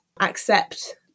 accept